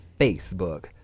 Facebook